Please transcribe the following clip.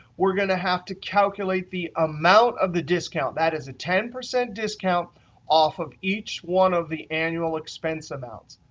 we're going to have to calculate the amount of the discount. that is a ten percent discount off of each one of the annual expense accounts.